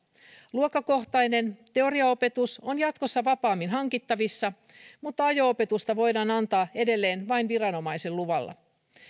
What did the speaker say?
luokkakohtainen teoriaopetus on jatkossa vapaammin hankittavissa mutta ajo opetusta voidaan antaa edelleen vain viranomaisen luvalla